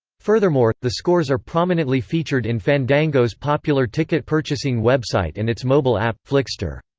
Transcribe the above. furthermore, the scores are prominently featured in fandango's popular ticket purchasing website and its mobile app, flixster.